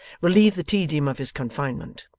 relieve the tedium of his confinement.